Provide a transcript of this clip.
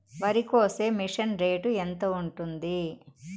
వరికోసే machine rate ఎంత ఉంటుంది?